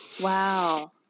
Wow